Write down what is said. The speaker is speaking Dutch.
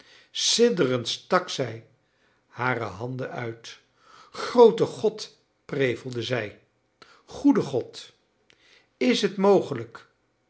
sidderend stak zij hare handen uit groote god prevelde zij goede god is het mogelijk